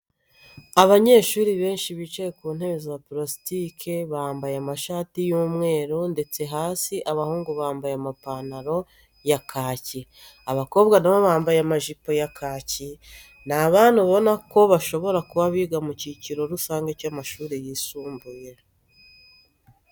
Abanyeshuri benshi bicaye mu ntebe za purasitike bamabaye amashati y'umweru ndetse hasi abahungu bambaye amapantaro ya kaki, abakobwa na bo bambaye amajipo ya kaki. Ni abana ubona ko bashobora kub abiga mu cyiciro rusange cy'amashuri yisumbuye.